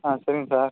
ஆ சரிங்க சார்